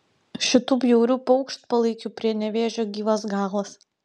šitų bjaurių paukštpalaikių prie nevėžio gyvas galas